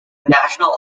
national